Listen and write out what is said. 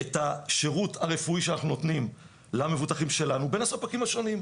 את השירות הרפואי שאנחנו נותנים למבוטחים שלנו בין הספקים השונים.